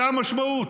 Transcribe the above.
זאת המשמעות.